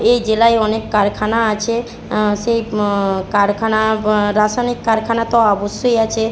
এই জেলায় অনেক কারখানা আছে সেই কারখানা রাসায়নিক কারখানা তো অবশ্যই আছে